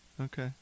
okay